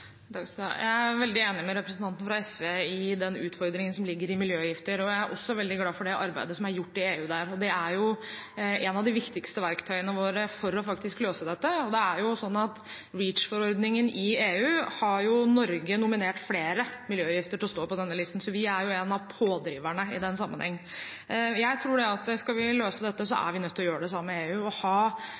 Jeg er veldig enig med representanten fra SV i den utfordringen som ligger i miljøgifter, og jeg er også veldig glad for det arbeidet som der er gjort i EU. Det er jo et av de viktigste verktøyene våre for faktisk å løse dette. Når det gjelder REACH-forordningen i EU, har Norge nominert flere miljøgifter til å stå på denne listen, så vi er en av pådriverne i den sammenheng. Jeg tror at skal vi løse dette, er vi nødt til å gjøre det sammen med EU. Å ha